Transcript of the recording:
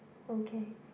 okay